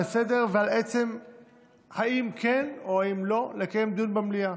אם כן או אם לא לקיים דיון במליאה.